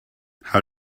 how